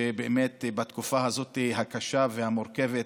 שבתקופה הקשה והמורכבת